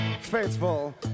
faithful